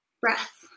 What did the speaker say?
breath